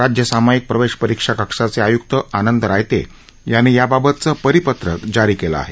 राज्य सामाईक प्रवेश परीक्षा कक्षाचे आयुक्त आनंद रायते यांनी याबाबतचे परिपत्रक जारी केले आहे